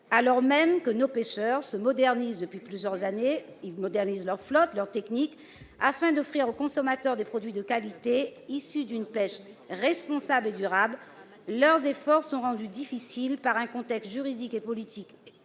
Alors même que nos pêcheurs modernisent depuis plusieurs années leur flotte et leurs techniques, afin d'offrir aux consommateurs des produits de qualité issus d'une pêche responsable et durable, leurs efforts sont compromis par un contexte juridique et politique